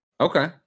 okay